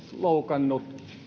loukannut